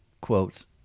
quotes